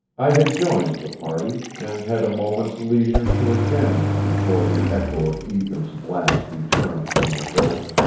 i had joined the party, and had a moment's leisure to examine them before the echo of ethan's blast returned from the hill.